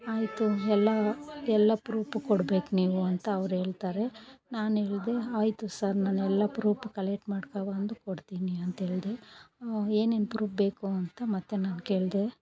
ಆಯಿತು ಎಲ್ಲ ಎಲ್ಲ ಪ್ರೂಪ್ ಕೊಡ್ಬೇಕು ನೀವು ಅಂತ ಅವರೇಳ್ತಾರೆ ನಾನು ಹೇಳ್ದೆ ಆಯಿತು ಸರ್ ನಾನು ಎಲ್ಲ ಪ್ರೂಪ್ ಕಲೆಟ್ ಮಾಡ್ಕೋಬಂದು ಕೊಡ್ತೀನಿ ಅಂತೇಳಿದೆ ಏನೇನು ಪ್ರೂಪ್ ಬೇಕು ಅಂತ ಮತ್ತು ನಾನು ಕೇಳಿದೆ